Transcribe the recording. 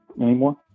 anymore